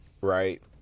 Right